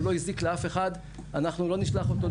לא הזיק לאף אחד אנחנו לא נשלח אותו לטיפול פסיכיאטרי.